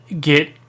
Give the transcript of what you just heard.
get